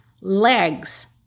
legs